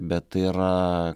bet tai yra